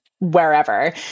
wherever